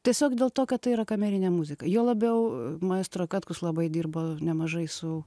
tiesiog dėl to kad tai yra kamerinė muzika juo labiau maestro katkus labai dirbo nemažai su